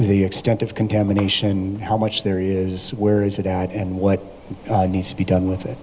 the extent of contamination how much there is where is it at and what needs to be done with it